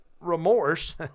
remorse